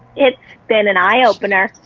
it's been an eye-opener.